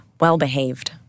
well-behaved